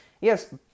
yes